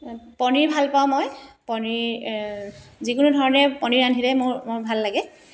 পনীৰ ভাল পাওঁ মই পনীৰ যিকোনো ধৰণে পনীৰ ৰান্ধিলে মোৰ মোৰ ভাল লাগে